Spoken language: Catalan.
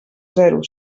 zero